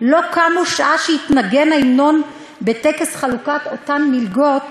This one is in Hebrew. לא קמו שעה שהתנגן ההמנון בטקס חלוקת אותן מלגות,